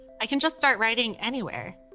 i can just start writing anywhere.